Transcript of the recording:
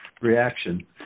reaction